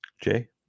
Jay